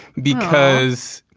because.